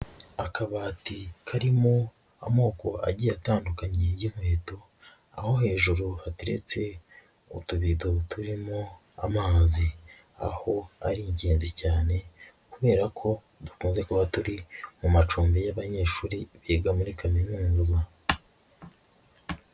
Akabati karimo amoko agiye atandukanye y'inkweto, aho hejuru haterete utubido turimo amazi, aho ari ingenzi cyane kubera ko dukunze kuba turi mu macumbi y'abanyeshuri biga muri kaminuza.